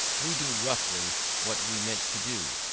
we do roughly what we meant to do,